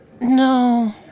No